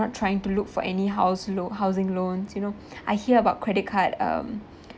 trying to look for any house lo~ housing loans you know I hear about credit card um